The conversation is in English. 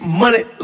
money